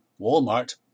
Walmart